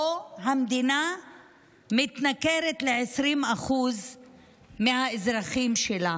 שבו המדינה מתנכרת ל-20% מהאזרחים שלה